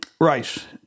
Right